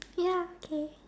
ya okay